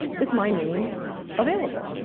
is my name available.